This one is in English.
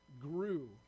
grew